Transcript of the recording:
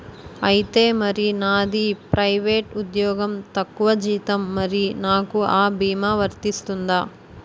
ఐతే మరి నాది ప్రైవేట్ ఉద్యోగం తక్కువ జీతం మరి నాకు అ భీమా వర్తిస్తుందా?